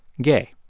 gay.